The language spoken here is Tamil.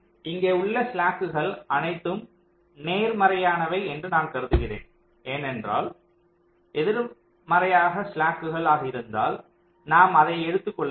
இங்கே உள்ள ஸ்லாக்குகள் அனைத்தும் நேர்மறையானவை என்று நான் கருதுகிறேன் ஏனென்றால் எதிர்மறையாக ஸ்லாக்குகள் அக இருந்தால் நாம் அதைத் எடுத்து கொள்ளவில்லை